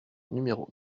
numéro